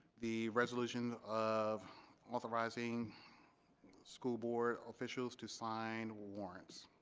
the resolution of authorizing school board officials to sign warrants.